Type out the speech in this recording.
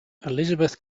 elizabeth